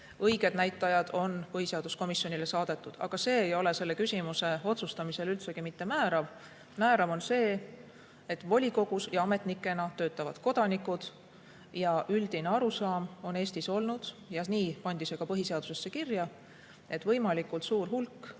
Õiged näitajad on põhiseaduskomisjonile saadetud, aga see ei ole selle küsimuse otsustamisel üldsegi mitte määrav. Määrav on see, et volikogus ja ametnikena töötavad kodanikud. Üldine arusaam on Eestis olnud see – nii pandi see ka põhiseadusesse kirja –, et võimalikult suur hulk